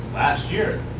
last year.